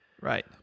right